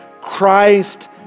Christ